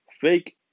fake